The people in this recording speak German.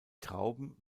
trauben